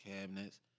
cabinets